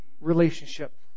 relationship